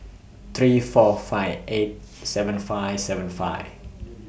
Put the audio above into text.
three four five eight seven five seven five